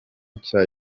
nshya